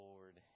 Lord